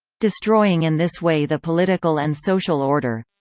destroying in this way the political and social order.